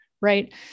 Right